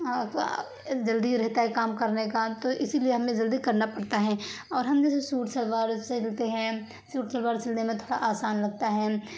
جلدی رہتا ہے کام کرنے کا تو اسی لیے ہمیں جلدی کرنا پڑتا ہے اور ہم جیسے سوٹ شلوار سلتے ہیں سوٹ شلوار سلنے میں تھوڑا آسان لگتا ہے